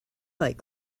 like